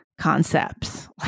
concepts